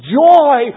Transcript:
joy